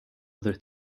other